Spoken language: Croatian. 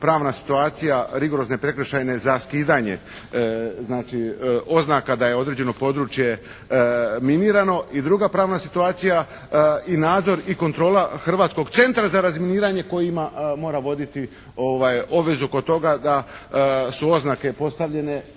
pravna situacija rigorozne prekršajne za skidanje znači oznaka da je određeno područje minirano. I druga pravna situacija i nadzor i kontrola Hrvatskog centra za razminiranje koji ima, mora voditi obvezu oko toga da su oznake postavljene